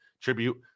tribute